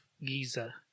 Giza